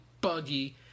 buggy